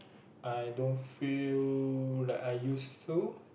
I don't feel like I used to